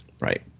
Right